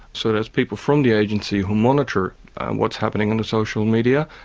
so that's people from the agency who monitor what's happening in the social media,